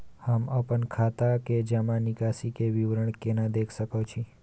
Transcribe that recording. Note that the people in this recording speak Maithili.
हम अपन खाता के जमा निकास के विवरणी केना देख सकै छी?